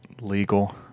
Legal